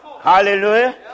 Hallelujah